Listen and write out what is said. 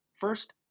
first